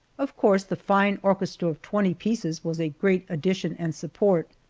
of course the fine orchestra of twenty pieces was a great addition and support.